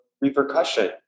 repercussion